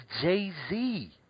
Jay-Z